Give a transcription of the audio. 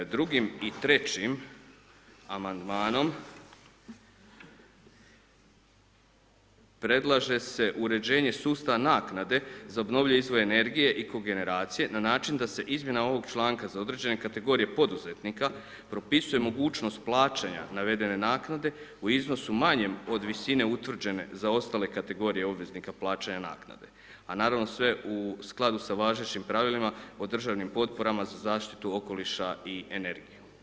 Drugim i trećim amandmanom predlaže se uređenje sustava naknade za obnovljive izvore energije i kogeneracije na način da se izmjena ovog članka za određene kategorije poduzetnika propisuje mogućnost plaćanja navedene naknade u iznosu manjem od visine utvrđene za ostale kategorije obveznika plaćanja naknade, a naravno sve u skladu sa važećim pravilima o državnim potporama za zaštitu okoliša i energije.